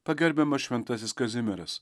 pagerbiamas šventasis kazimieras